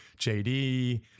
JD